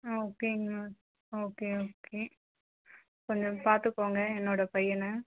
ஓகேங்க miss okay okay கொஞ்சம் பார்த்துக்கோங்க என்னோடய பையனை